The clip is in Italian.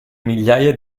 migliaia